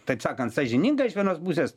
taip sakant sąžininga iš vienos pusės